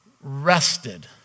rested